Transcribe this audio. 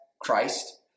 Christ